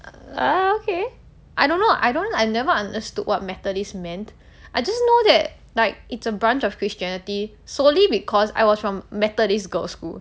uh okay I don't know I don't I never understood what methodist meant I just know that like it's a bunch of christianity solely because I was from methodist girls' school